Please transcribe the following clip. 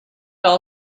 all